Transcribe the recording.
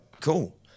cool